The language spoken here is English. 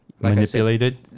manipulated